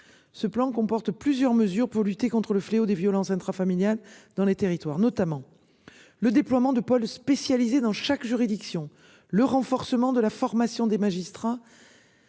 Ce plan comporte plusieurs mesures pour lutter contre le fléau des violences intrafamiliales dans les territoires, notamment le déploiement de pôles spécialisés dans chaque juridiction, le renforcement de la formation des magistrats.